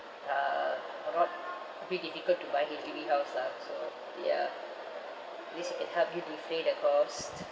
uh or not a bit difficult to buy H_D_B house lah so ya at least it can help you defray the cost